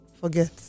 forget